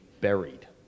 buried